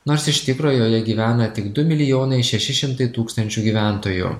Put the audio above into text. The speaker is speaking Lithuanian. nors iš tikro joje gyvena tik du milijonai šeši šimtai tūkstančių gyventojų